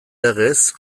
legez